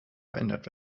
verändert